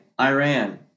Iran